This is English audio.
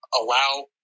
allow